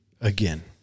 again